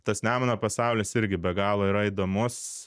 tas nemuno pasaulis irgi be galo yra įdomus